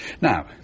Now